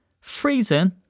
freezing